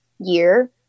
year